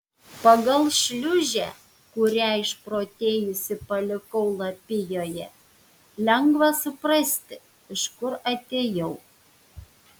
pagal šliūžę kurią išprotėjusi palikau lapijoje lengva suprasti iš kur atėjau